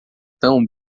tão